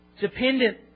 dependent